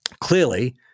Clearly